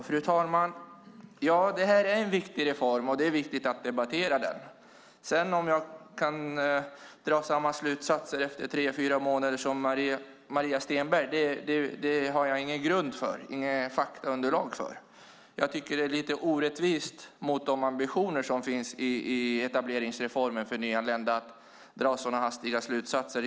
Fru talman! Ja, det här är en viktig reform, och det är viktigt att debattera den. Men jag saknar grund för att efter tre fyra månader dra samma slutsatser som Maria Stenberg. Jag har inget faktaunderlag för att kunna göra det. Det är lite orättvist med tanke på de ambitioner som finns i etableringsreformen för nyanlända att så hastigt dra slutsatser.